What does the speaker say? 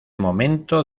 momento